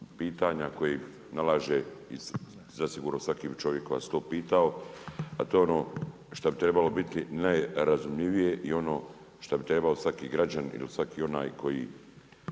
pitanja nalaže i zasigurno svaki bi čovjek vas to pitao, a to je ono što bi trebalo biti najrazumljivije i ono što bi trebao svaki građanin ili svaki onaj koji